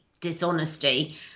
dishonesty